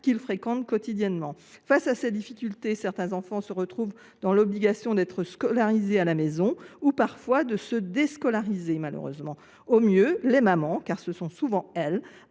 qu’ils fréquentent quotidiennement… Face à ces difficultés, certains enfants se retrouvent dans l’obligation d’être scolarisés à la maison ou parfois, malheureusement, de se déscolariser. Au mieux, les mères, car ce sont souvent elles,